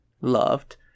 loved